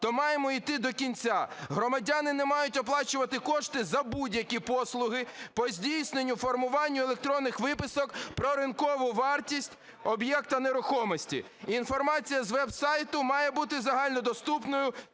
то маємо іти до кінця, громадяни не мають оплачувати кошти за будь-які послуги по здійсненню, формуванню електронних виписок про ринкову вартість об'єкта нерухомості. Інформація з веб-сайту має бути загально доступною